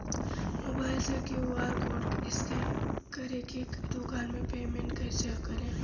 Mobile से QR code scan कर के दुकान मे पेमेंट कईसे करेम?